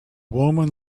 woman